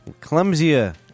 Clumsier